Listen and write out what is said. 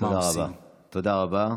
תודה רבה.